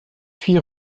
huit